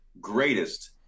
greatest